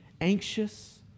anxious